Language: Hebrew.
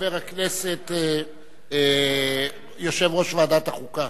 וחבר הכנסת יושב-ראש ועדת החוקה.